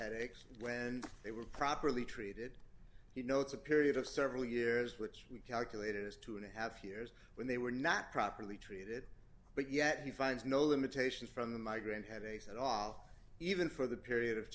headaches when they were properly treated you know it's a period of several years which we calculated as two and a half years when they were not properly treated but yet he finds no limitations from the migraine headaches at all even for the period of